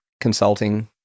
consulting